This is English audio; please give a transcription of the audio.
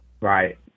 right